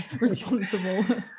responsible